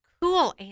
cool